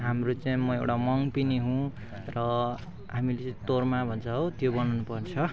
हाम्रो चाहिँ म एउटा मङ पनि हुँ र हामीले तोर्मा भन्छ हो त्यो बनाउनुपर्छ